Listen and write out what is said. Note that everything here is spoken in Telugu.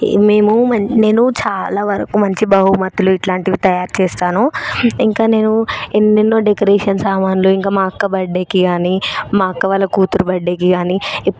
మేము నేను చాలా వరకు మంచి బహుమతులు ఇట్లాంటివి తాయారు చేస్తాను ఇంకా నేను ఎన్నెన్నో డెకరేషన్ సామాన్లు ఇంకా మా అక్క బర్త్డేకి కానీ మా అక్క వాళ్ళ కూతురు బర్త్డేకి కానీ